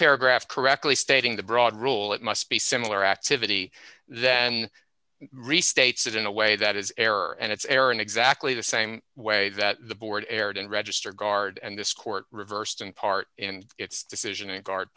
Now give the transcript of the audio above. paragraph correctly stating the broad rule it must be similar activity then restates it in a way that is error and its error in exactly the same way that the board erred and register guard and this court reversed in part in its decision in guard